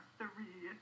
three